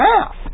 half